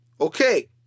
Okay